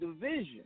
division